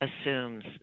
assumes